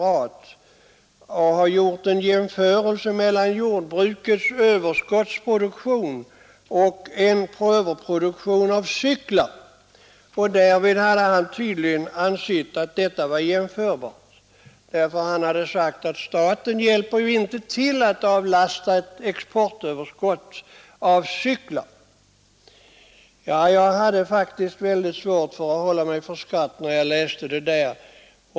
Han skulle ha gjort en jämförelse mellan jordbrukets överskottsproduktion och en eventuell överproduktion av cyklar. Han hade tydligen ansett att detta var jämförbart. Staten hjälper ju inte till att avsätta ett överskott av cyklar, skulle jord bruksministern ha sagt. Jag hade faktiskt svårt att hålla mig för skratt när jag läste detta.